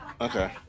Okay